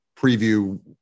preview